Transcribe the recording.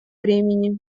времени